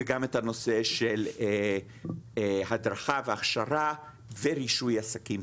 וגם את הנושא של הדרכה והכשרה ורישוי עסקים,